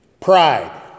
Pride